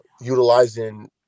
utilizing